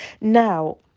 now